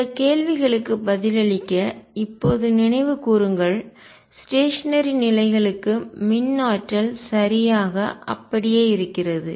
இந்த கேள்விகளுக்கு பதிலளிக்க இப்போது நினைவுகூருங்கள் ஸ்டேஷனரி நிலையான நிலைகளுக்கு மின் ஆற்றல் சரியாக அப்படியே இருக்கிறது